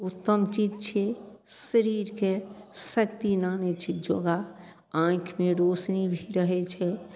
उत्तम चीज छियै शरीरके शक्ति एना नहि छै योगा आँखिमे रोशनी भी रहय छै